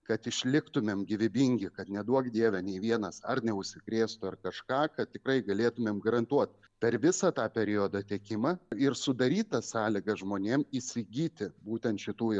kad išliktumėm gyvybingi kad neduok dieve nei vienas ar neužsikrėstų ar kažką kad tikrai galėtumėm garantuot per visą tą periodą tiekimą ir sudaryt tas sąlygas žmonėm įsigyti būtent šitų ir